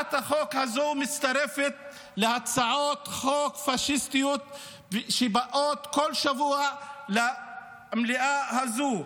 הצעת החוק הזאת מצטרפת להצעות חוק פשיסטיות שבאות כל שבוע למליאה הזאת.